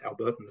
Albertans